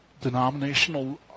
denominational